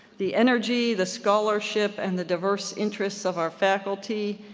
the energy, the scholarship, and the diverse interests of our faculty,